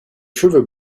cheveux